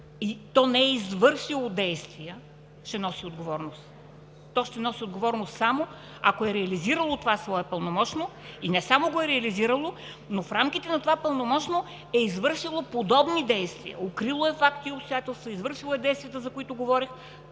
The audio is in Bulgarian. и то не е извършило действия, ще носи отговорност. То ще носи отговорност само ако е реализирало това свое пълномощно и не само го е реализирало, но в рамките на това пълномощно е извършило подобни действия – укрило е факти и обстоятелства, извършило е действията, за които говорех,